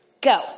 Go